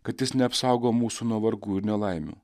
kad jis neapsaugo mūsų nuo vargų ir nelaimių